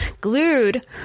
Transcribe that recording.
glued